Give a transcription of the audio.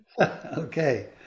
Okay